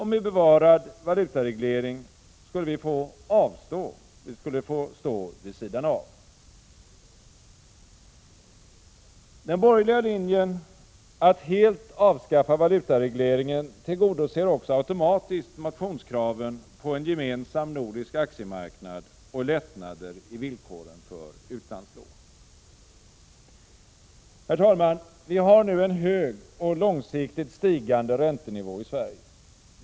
Med bevarad valutareglering skulle vi få stå vid sidan av. Den borgerliga linjen att helt avskaffa valutaregleringen tillgodoser också automatiskt motionskraven på en gemensam nordisk aktiemarknad och lättnader i villkoren för utlandslån. Herr talman! Vi har nu en hög och långsiktigt stigande räntenivå i Sverige.